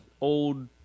old